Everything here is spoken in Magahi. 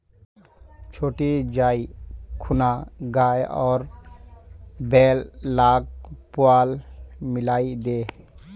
छोटी जाइ खूना गाय आर बैल लाक पुआल मिलइ दे